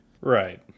right